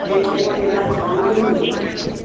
એટલે એ વાંચવાનું ગમ્યું મને